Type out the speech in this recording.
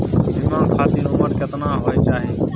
बीमा खातिर उमर केतना होय चाही?